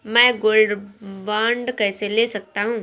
मैं gold bond कैसे ले सकता हूँ?